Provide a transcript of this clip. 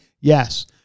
Yes